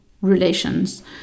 relations